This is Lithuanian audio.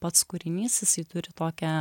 pats kūrinys jisai turi tokią